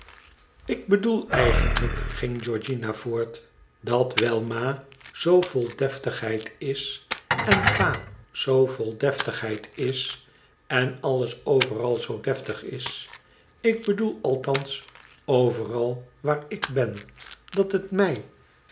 ilk bedoel eigenlijk ging georgiana voort dat wijl ma zoo vol deftigheid is en pa zoo vol deitigheid is en alles overal zoo deftig is ik bedoel althans overal waar ik ben dat het mij